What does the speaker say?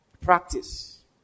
Practice